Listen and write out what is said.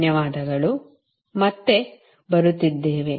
ಧನ್ಯವಾದಗಳು ಮತ್ತೆ ನಾವು ಬರುತ್ತಿದ್ದೇವೆ